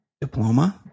diploma